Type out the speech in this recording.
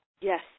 Yes